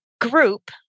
group